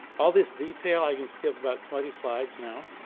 all this detail, i can skip about twenty slides now,